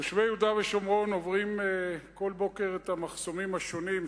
תושבי יהודה ושומרון עוברים כל בוקר את המחסומים השונים,